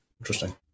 Interesting